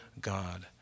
God